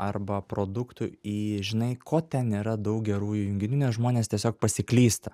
arba produktų į žinai ko ten nėra daug gerųjų junginių nes žmonės tiesiog pasiklysta